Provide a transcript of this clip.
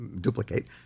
duplicate